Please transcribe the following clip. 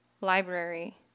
Library